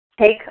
Take